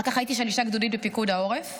אחר כך הייתי שלישה גדודית בפיקוד העורף,